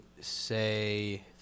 say